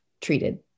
treated